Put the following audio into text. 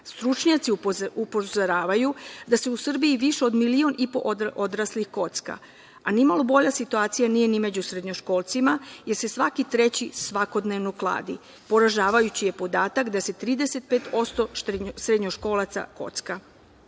Stručnjaci upozoravaju da se u Srbiji više od milion i po odraslih kocka, a nimalo bolja situacija nije ni među srednjoškolcima, jer se svaki treći svakodnevno kladi. Poražavajući je podatak da se 35% srednjoškolaca kocka.